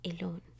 alone